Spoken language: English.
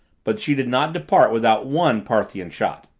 but she did not depart without one parthian shot.